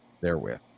therewith